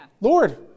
Lord